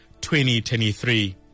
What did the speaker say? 2023